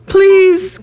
Please